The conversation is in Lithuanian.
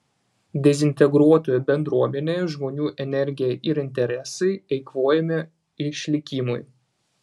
dezintegruotoje bendruomenėje žmonių energija ir interesai eikvojami išlikimui